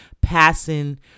passing